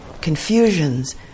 confusions